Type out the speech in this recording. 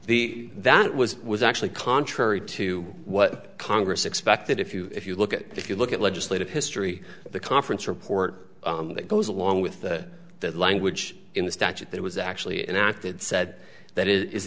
the that was was actually contrary to what congress expected if you if you look at it if you look at legislative history the conference report that goes along with that language in the statute that was actually and acted said that it is